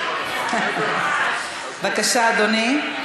בבקשה, אדוני.